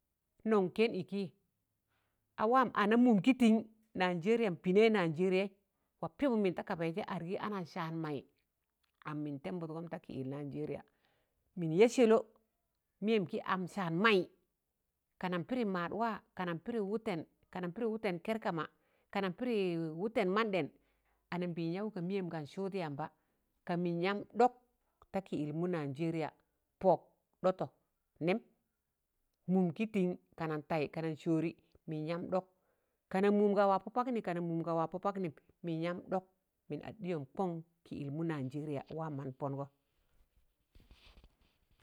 Nọn kẹn ịkịị awaam anam mụụm gịtịn nanjeriya pịnẹị nangeriyai wapịbụm mịn ta kabaịjẹ argị ana saan maị am mịn tẹbụdgọn ta kịyịl nanjeriya mịn ya sẹlọ mịyịm kị am saan maị kanan pịdị maadwa kanan pịdị wụtẹn, kanan pịdị wụtẹn kẹr kama, kanan pịdị wụtẹn man ɗẹn, anambịịn yaụ ga mịyẹm gan sụụd yamba kamịn yam dọk ta kịyịlmụ nanjeria pọk ɗọtọ nẹm mụụm kị tịk kan taị ka nan sọọrị mịn yam ɗọk kana mụụm ga waa pọ paknị kana mụụm ga waa pọ paknịm mịnyam ɗọk mịn at ɗịyọm kọn kịyịlmụ nanjeriya a waam mọn pọngọ.